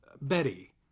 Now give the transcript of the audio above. Betty